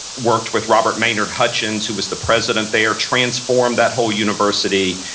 worked with robert maynard hutchins, who was the president there, transformed that whole university.